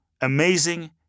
amazing